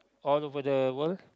all over the world